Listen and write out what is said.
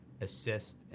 assist